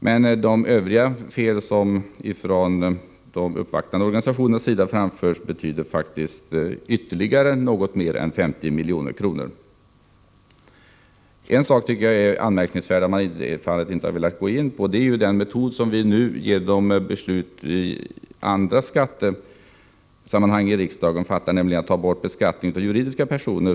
Men de övriga fel som påpekades av de uppvaktande organisationerna betydde ytterligare något mer än 50 milj.kr. Det är anmärkningsvärt att utskottsmajoriteten inte har velat gå in på den metod som riksdagen fattat beslut om i andra skattesammanhang, nämligen att ta bort beskattningen för juridiska personer.